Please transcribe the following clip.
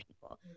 people